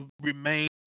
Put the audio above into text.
remain